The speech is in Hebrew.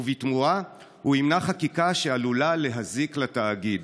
ובתמורה הוא ימנע חקיקה שעלולה להזיק לתאגיד.